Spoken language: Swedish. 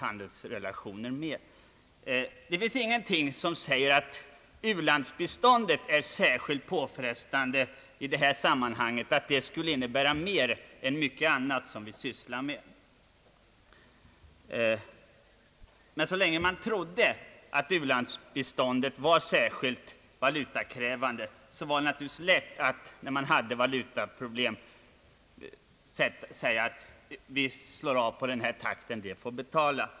Administrationen sker hemma, folk från det egna landet reser ut, man använder materiel producerad i det egna landet.